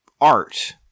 art